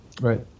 Right